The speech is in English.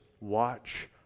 watch